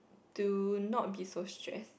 do not be so stress